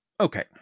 Okay